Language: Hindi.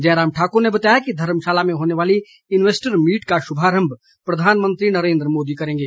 जयराम ठाक्र ने बताया कि धर्मशाला में होने वाली इन्वेस्टर मीट का शुभारंभ प्रधानमंत्री नरेन्द्र मोदी करेंगे